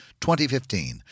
2015